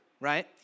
right